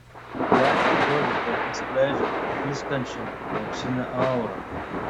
jai atrodė kad jis skleidžia tviskančią auksinę aurą